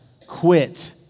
quit